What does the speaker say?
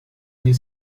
nie